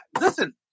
Listen